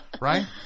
Right